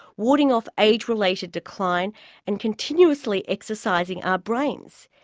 warding off age-related decline and continuously exercising our brains.